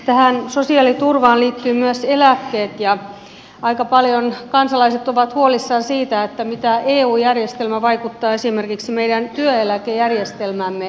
tähän sosiaaliturvaan liittyvät myös eläkkeet ja aika paljon kansalaiset ovat huolissaan siitä miten eu järjestelmä vaikuttaa esimerkiksi meidän työeläkejärjestelmäämme